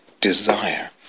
desire